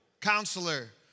Counselor